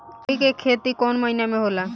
तोड़ी के खेती कउन महीना में होला?